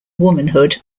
womanhood